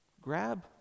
grab